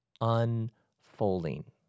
unfolding